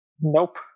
Nope